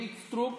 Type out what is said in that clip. אורית סטרוק,